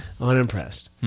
unimpressed